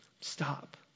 Stop